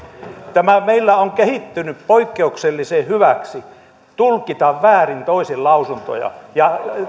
meillä on kehittynyt poikkeuksellisen hyväksi kyky tulkita väärin toisen lausuntoja ja